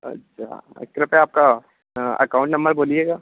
अच्छा कृपया आपका अकाउंट नंबर बोलिएगा